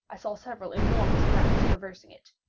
i saw several enormous rats traversing it.